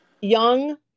Young